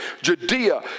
Judea